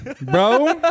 bro